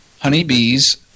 honeybees